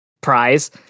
prize